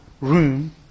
room